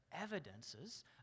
evidences